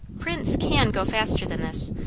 prince can go faster than this,